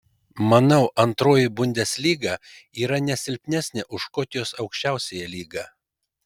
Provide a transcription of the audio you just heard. manau antroji bundeslyga yra ne silpnesnė už škotijos aukščiausiąją lygą